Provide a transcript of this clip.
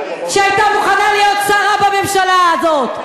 שהיתה מוכנה להיות שרה בממשלה הזאת,